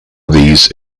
these